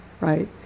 right